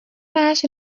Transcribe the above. máš